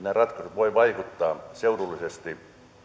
voivat vaikuttaa seudullisesti hyvinkin